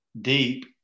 deep